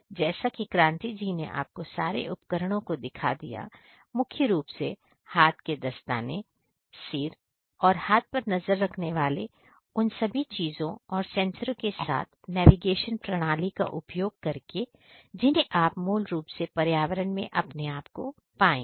जैसा की क्रांति जी ने आपको सारे उपकरणों को दिखा दिया है मुख्य रूप से हाथ के दस्ताने फिर सिर और हाथ पर नजर रखने वाले और फिर उन सभी चीजों और सेंसर के साथ नेविगेशन प्रणाली का उपयोग करके जिन्हें आप मूल रूप से पर्यावरण में अपने आप को पाएंगे